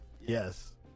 Yes